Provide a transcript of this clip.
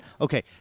Okay